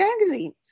magazine